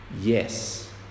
Yes